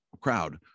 crowd